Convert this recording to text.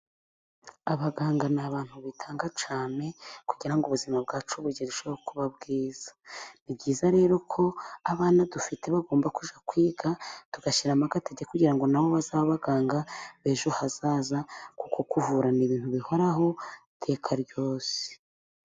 Abaganga ni abantu bitanga cyane kugirango ubuzima bwacu burusheho kuba bwiza. Ni byiza rero ko abana dufite bagomba kwiga, tugashyiramo agatege kugira ngo na bo bazabe baganga b'ejo hazaza, kuko kuvura ni ibintu bihoraho iteka ryose.